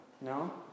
No